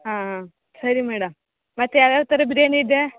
ಹಾಂ ಹಾಂ ಸರಿ ಮೇಡಮ್ ಮತ್ತೆ ಯಾವ ಯಾವ ಥರ ಬಿರ್ಯಾನಿ ಇದೆ